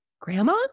grandma